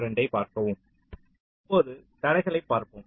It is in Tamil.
இப்போது தடைகளைப் பார்ப்போம்